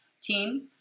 team